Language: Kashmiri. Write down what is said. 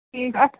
ٹھیٖک اَتھ